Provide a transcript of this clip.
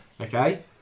Okay